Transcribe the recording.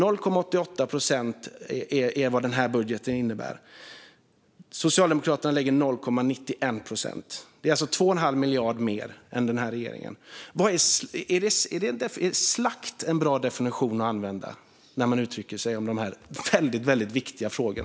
Denna budget innebär alltså 0,88 procent. Socialdemokraterna lägger 0,91 procent; det är alltså 2 1⁄2 miljard mer än regeringen. Är slakt en bra definition att använda när man uttalar sig i dessa väldigt viktiga frågor?